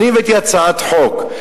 אני הבאתי הצעת חוק,